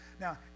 Now